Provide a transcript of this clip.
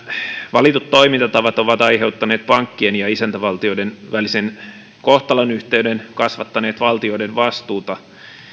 valitut toimintatavat ovat aiheuttaneet pankkien ja isäntävaltioiden välisen kohtalonyhteyden kasvattaneet valtioiden vastuuta